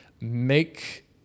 make